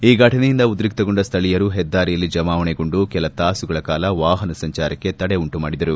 ಈ ಘಟನೆಯಿಂದ ಉದ್ರಿಕ್ತಗೊಂಡ ಸ್ಥಳೀಯರು ಹೆದ್ದಾರಿಯಲ್ಲಿ ಜಮಾವಣೆಗೊಂಡು ಕೆಲ ತಾಸುಗಳ ಕಾಲ ವಾಪನ ಸಂಚಾರಕ್ತೆ ತಡೆ ಉಂಟುಮಾಡಿದರು